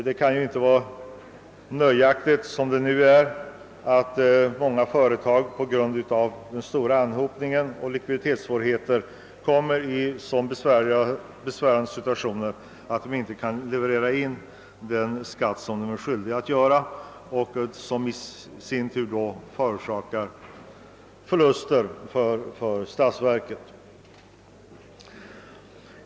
Det är ju inte tillfredsställande att många företag på grund av de stora belopp som skall redovisas på en gång och därav betingade likviditetssvårigheter kommer i en så besvärande situation att de inte kan leverera in den skatt de är skyldiga att redovisa. Detta förorsakar i sin tur statsverket stora förluster.